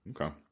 Okay